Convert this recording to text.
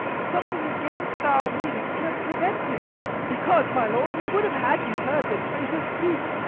something against our meanings, have prevented because, my lord, we would have had you heard the traitor speak,